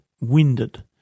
winded